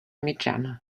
mitjana